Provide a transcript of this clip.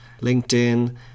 LinkedIn